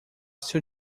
seu